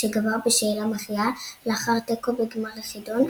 כשגבר בשאלה מכריעה לאחר תיקו בגמר החידון,